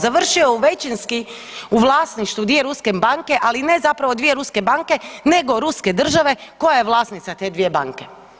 Završio je većinski u vlasništvu dvije ruske banke ali ne zapravo dvije ruske banke nego ruske države koja je vlasnica te dvije banke.